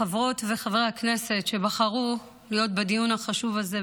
חברות וחברי הכנסת שבחרו להיות בדיון החשוב הזה,